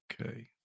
Okay